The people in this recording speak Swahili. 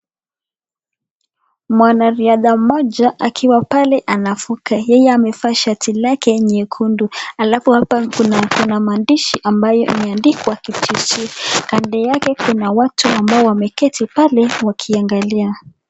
Mwanariadha mmoja akiwa pale anavuka. Yeye amevaa shati lake nyekundu ,alafu hapa kuna maandishi ambao imeandikwa KITC , kando yake kuna watu ambao wameketi pale wakiangalia.